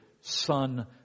son